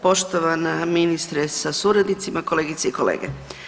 Poštovana ministrice sa suradnicima, kolegice i kolege.